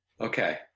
Okay